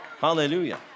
Hallelujah